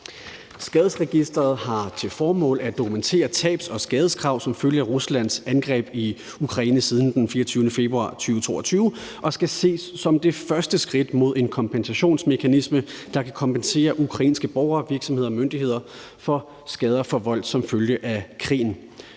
Skaderegisteret har til formål at dokumentere tabs- og skadekrav siden den 24. februar 2022 som følge af Ruslands angreb på Ukraine og skal ses som det første skridt hen mod en kompensationsmekanisme, der kan kompensere ukrainske borgere, virksomheder og myndigheder for skader ved vold som følge af krigen,